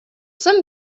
some